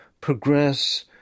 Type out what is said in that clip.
progress